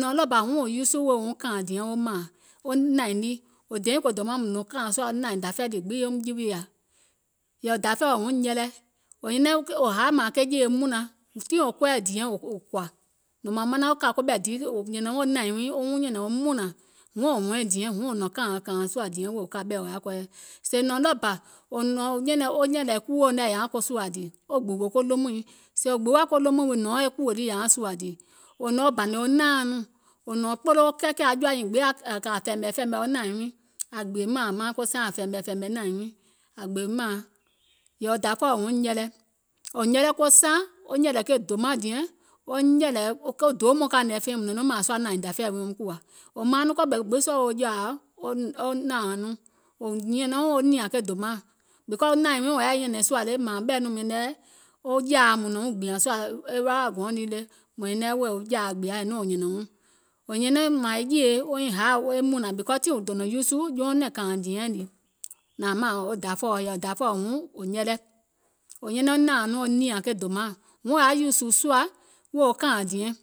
nɔ̀ɔŋ ɗɔɔbȧ huŋ wò uusù wo yɛi kȧȧìŋ diɛŋ wo mȧȧŋ, wo nȧìŋ nii wò dèiŋ ko dòmaŋ mùŋ nɔ̀ŋ kȧȧìŋ sùȧ a nȧìŋ dafɛ̀ɛ̀ lii gbiŋ yeum juwiȧ, yɛ̀ì dafɛ̀ɛ̀ɔ huŋ nyɛlɛ, wò haȧ mȧȧŋ ke jèe mùnlaŋ tiŋ wò kɔɛ̀ diɛŋ wò kɔ̀ȧ nɔ̀ŋ mȧȧŋ wò manaŋ wo kà ɓɛ̀ dii wɔŋ nȧìŋ wii wò nyɛ̀nɛ̀ŋ wuŋ wɔŋ nȧìŋ wii wo wuŋ nyɛ̀nɛ̀ŋ wɔŋ mùnlȧŋ, huŋ wò hɔɛ̀ŋ diɛŋ huŋ wò nɔ̀ŋ kȧȧìŋ kȧȧìŋ sùȧ diɛŋ wo kȧ ɓɛ̀i wò yaȧ kɔɔyɛì, wò nɔɔ̀ŋ ɗɔɔbȧ wo nyɛ̀lɛ̀ kuwòuŋ nɛ̀ yȧaùŋ sùȧȧ dìì wo gbùwò ko lomùiŋ, sèè wò gbuwȧ ko lomùŋ wii nɔ̀ɔŋ e kùwò lii yȧauŋ sùȧȧ dìì, wò nɔ̀ɔŋ wo bȧnè naȧun nɔɔ̀ŋ, wò nɔ̀ɔŋ aŋ jɔ̀ȧ nyiiŋ gbiŋ aŋ kɛkɛ̀ kɛ̀ aŋ jɔ̀ȧ nyiiŋ gbiŋ aŋ fɛ̀ɛ̀mɛ̀ fɛ̀ɛ̀mɛ̀ wɔŋ nȧìŋ wiiŋ, yɛ̀ì wo dafɛ̀ɛ̀ɔ huŋ nyɛlȧ,